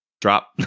drop